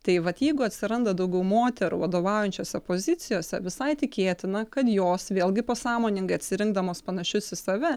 tai vat jeigu atsiranda daugiau moterų vadovaujančiose pozicijose visai tikėtina kad jos vėlgi pasąmoningai atsirinkdamos panašius į save